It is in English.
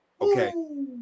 Okay